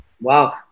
Wow